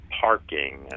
parking